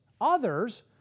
Others